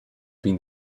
been